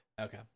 Okay